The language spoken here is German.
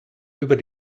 über